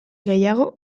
gehiago